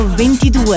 22